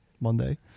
Monday